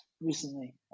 recently